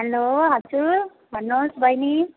hello हजुर भन्नुहोस् बहिनी